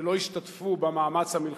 בעד רוני